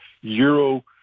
euro